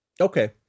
Okay